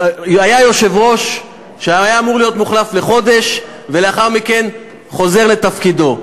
היה יושב-ראש שהיה אמור להיות מוחלף לחודש ולאחר מכן לחזור לתפקידו.